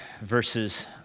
verses